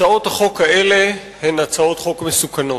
הצעות החוק האלה הן הצעות חוק מסוכנות.